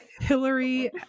Hillary